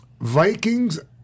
Vikings